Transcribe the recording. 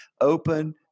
open